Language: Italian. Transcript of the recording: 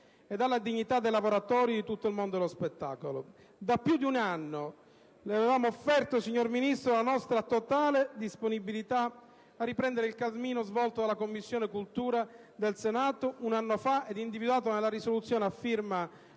e alla dignità dei lavoratori di tutto il mondo dello spettacolo. Da molto tempo le abbiamo offerto, signor Ministro, la nostra totale disponibilità a riprendere il percorso avviato dalla Commissione istruzione del Senato un anno fa ed individuato nella risoluzione, a firma